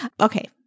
Okay